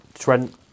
Trent